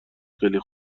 خیلی